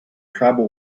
tribal